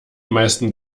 meisten